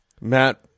Matt